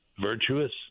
Virtuous